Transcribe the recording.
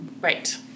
right